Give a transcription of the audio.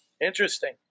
Interesting